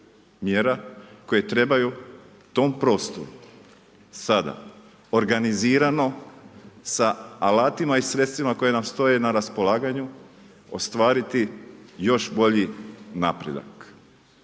koje trebaju tom prostoru sada organizirano sa alatima i sredstvima koje nam stoje na raspolaganju ostvariti još bolji napredak.